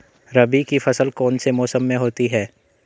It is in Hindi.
रबी की फसल कौन से मौसम में होती है?